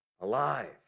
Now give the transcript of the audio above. alive